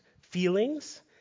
feelings